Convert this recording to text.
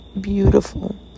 beautiful